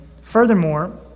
Furthermore